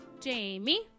jamie